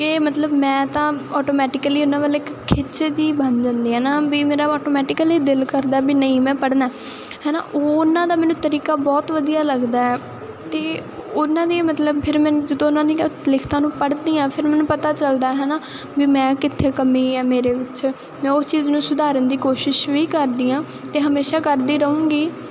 ਕਿ ਮਤਲਬ ਮੈਂ ਤਾਂ ਆਟੋਮੈਟਿਕਲੀ ਉਹਨਾਂ ਵੱਲ ਇੱਕ ਖਿੱਚ ਜਿਹੀ ਬਣ ਜਾਂਦੀ ਹੈ ਨਾ ਵੀ ਮੇਰਾ ਆਟੋਮੈਟਿਕਲੀ ਦਿਲ ਕਰਦਾ ਵੀ ਨਹੀਂ ਮੈਂ ਪੜ੍ਹਨਾ ਹੈ ਨਾ ਉਹਨਾਂ ਦਾ ਮੈਨੂੰ ਤਰੀਕਾ ਬਹੁਤ ਵਧੀਆ ਲੱਗਦਾ ਅਤੇ ਉਹਨਾਂ ਨੇ ਮਤਲਬ ਫਿਰ ਮੈਨੂੰ ਜਦੋਂ ਉਹਨਾਂ ਦੀਆਂ ਲਿਖਤਾਂ ਨੂੰ ਪੜ੍ਹਦੀ ਹਾਂ ਫਿਰ ਮੈਨੂੰ ਪਤਾ ਚੱਲਦਾ ਹੈ ਨਾ ਵੀ ਮੈਂ ਕਿੱਥੇ ਕਮੀ ਹੈ ਮੇਰੇ ਵਿੱਚ ਮੈਂ ਉਸ ਚੀਜ਼ ਨੂੰ ਸੁਧਾਰਨ ਦੀ ਕੋਸ਼ਿਸ਼ ਵੀ ਕਰਦੀ ਹਾਂ ਅਤੇ ਹਮੇਸ਼ਾ ਕਰਦੀ ਰਹੂੰਗੀ